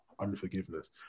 unforgiveness